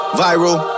viral